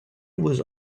was